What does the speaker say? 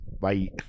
Bye